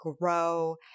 grow